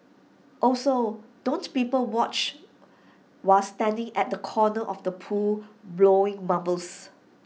also don't people watch while standing at the corner of the pool blowing bubbles